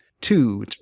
two